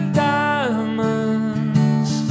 diamonds